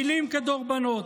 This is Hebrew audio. מילים כדורבנות.